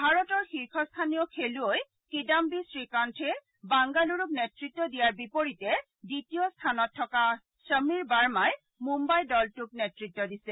ভাৰতৰ শীৰ্যস্থানীয় খৈলুৱৈ কিদান্বি শ্ৰীকান্থে বাংগালুৰুক নেতৃত দিয়াৰ বিপৰীতে দ্বিতীয় স্থানত থকা সমীৰ বাৰ্মাই মুম্বাই দলটোক নেতৃত্ব দিছে